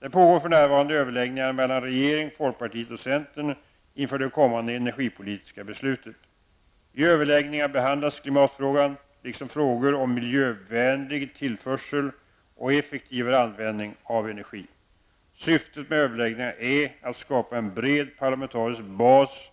Det pågår för närvarande överläggningar mellan regeringen, folkpartiet och centern inför det kommande energipolitiska beslutet. I överläggningarna behandlas klimatfrågan liksom frågor om miljövänlig tillförsel och effektivare användning av energi. Syftet med överläggningarna är att skapa en bred parlamentarisk bas